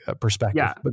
perspective